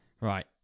right